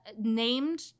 named